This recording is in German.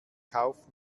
kauf